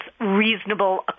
reasonable